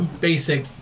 basic